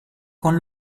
con